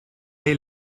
est